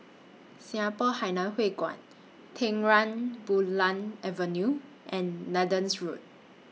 Singapore Hainan Hwee Kuan Terang Bulan Avenue and Nathan Road